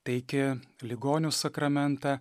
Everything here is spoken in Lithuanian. teikia ligonių sakramentą